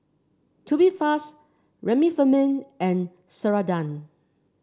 Tubifast Remifemin and Ceradan